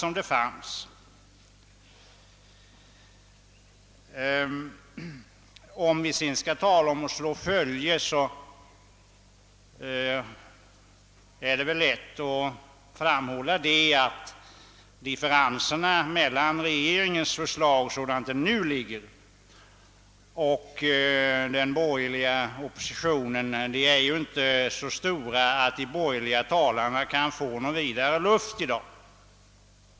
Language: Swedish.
Om vi skall tala om att slå följe, bör det väl framhållas att differenserna mellan regeringens förslag sådant det nu föreligger och de borgerligas ju inte är så stor att de borgerliga talarna kan få någon vidare luft i dag.